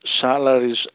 salaries